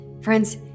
Friends